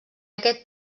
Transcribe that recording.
aquest